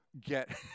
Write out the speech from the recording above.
get